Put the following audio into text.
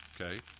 Okay